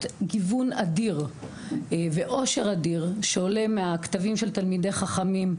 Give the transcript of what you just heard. גיוון אדיר ועושר אדיר שעולה מהכתבים של תלמידי חכמים,